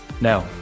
Now